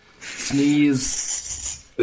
sneeze